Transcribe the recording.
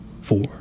four